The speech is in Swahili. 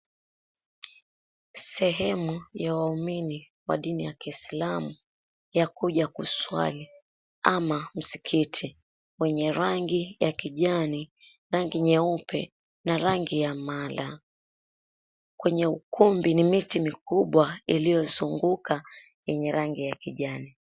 Sehemu ya wahumini wa dini ya kiislamu ya kuja kuswali ama msikiti wenye rangi ya kijani rangi nyeupe na rangi ya mala. Kwenye ukumbi ni miti mikubwa iliyozunguka yenye rangi ya kijani.